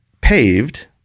paved